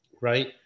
right